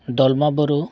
ᱫᱚᱞᱢᱟ ᱵᱩᱨᱩ